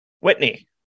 Whitney